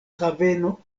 haveno